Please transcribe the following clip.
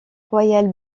royale